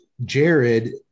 Jared